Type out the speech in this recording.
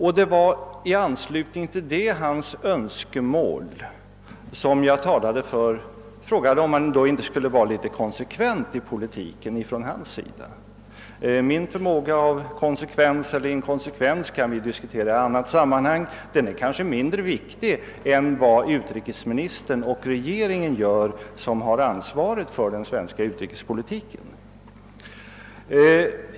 Det var i anslutning till detta hans önskemål som jag frågade, om han inte skulle vara litet konsekvent i politiken. — Min förmåga att vara konsekvent eller inkonsekvent kan vi diskutera en annan gång; den är kanske mindre viktig än förmågan härvidlag hos utrikesministern och regeringen, som har ansvaret för den svenska utrikespolitiken.